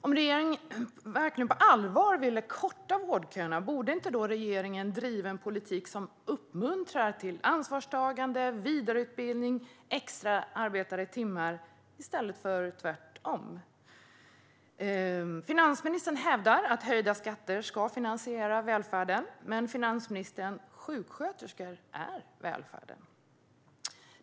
Om regeringen på allvar vill korta vårdköerna, borde man då inte driva en politik som uppmuntrar till ansvarstagande, vidareutbildning och extra arbetade timmar i stället för tvärtom? Finansministern hävdar att höjda skatter ska finansiera välfärden. Men, finansministern: Sjuksköterskor är välfärden.